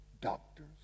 doctors